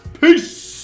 Peace